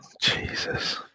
Jesus